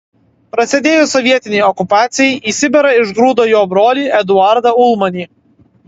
prasidėjus sovietinei okupacijai į sibirą išgrūdo jo brolį eduardą ulmanį